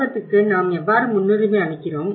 ஆபத்துக்கு நாம் எவ்வாறு முன்னுரிமை அளிக்கிறோம்